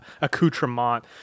accoutrement